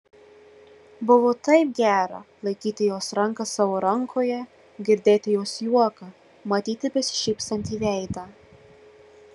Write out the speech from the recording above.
buvo taip gera laikyti jos ranką savo rankoje girdėt jos juoką matyti besišypsantį veidą